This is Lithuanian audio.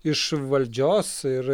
iš valdžios ir